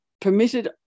permitted